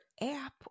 app